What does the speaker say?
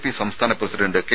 P സംസ്ഥാന president K